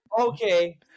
Okay